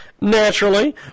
naturally